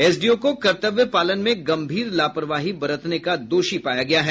SDO को कर्तव्य पालन में गम्भीर लापरवाही बरतने का दोषी पाया गया है